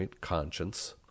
conscience